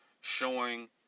showing